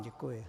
Děkuji.